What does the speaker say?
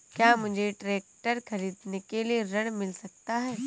क्या मुझे ट्रैक्टर खरीदने के लिए ऋण मिल सकता है?